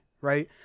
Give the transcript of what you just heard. right